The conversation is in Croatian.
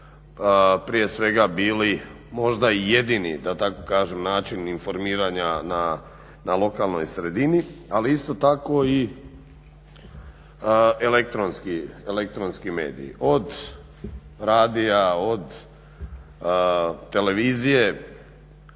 prije svega bili možda i jedini da tako kažem način informiranja na lokalnoj sredini. Ali isto tako i elektronski, elektronski mediji. Od radija, od televizije.